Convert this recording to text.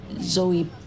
Zoe